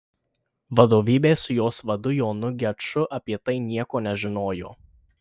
vadovybė su jos vadu jonu geču apie tai nieko nežinojo